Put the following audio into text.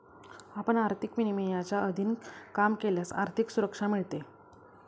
आपण आर्थिक विनियमांच्या अधीन काम केल्यास आर्थिक सुरक्षा मिळते